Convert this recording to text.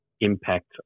Impact